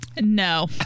No